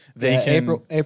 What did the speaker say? April